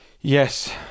Yes